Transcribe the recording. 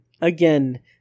again